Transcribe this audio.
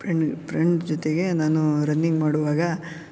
friend friend ಜೊತೆಗೆ ನಾನು running ಮಾಡುವಾಗ